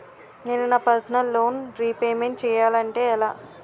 నేను నా personal loan repayment చేయాలంటే ఎలా?